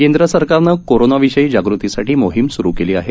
केंद्र सरकारनं कोरोनाविषयी जागृतीसाठी मोहीम स्रु केली आहे